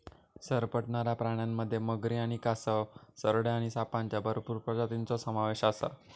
सरपटणाऱ्या प्राण्यांमध्ये मगरी आणि कासव, सरडे आणि सापांच्या भरपूर प्रजातींचो समावेश आसा